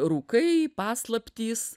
rūkai paslaptys